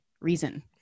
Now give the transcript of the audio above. reason